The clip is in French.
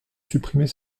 supprimer